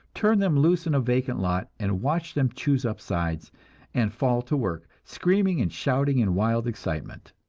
turn them loose in a vacant lot, and watch them choose up sides and fall to work, screaming and shouting in wild excitement!